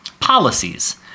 policies